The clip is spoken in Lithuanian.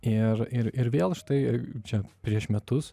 ir ir ir vėl štai čia prieš metus